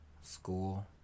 school